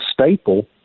staple